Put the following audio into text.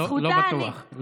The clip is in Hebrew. בזכותה אני, לא בטוח.